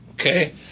Okay